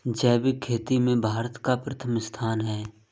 जैविक खेती में भारत का प्रथम स्थान